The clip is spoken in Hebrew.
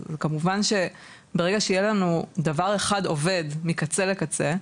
אז כמובן שברגע שיהיה לנו דבר אחד עובד מקצה לקצה,